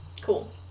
Cool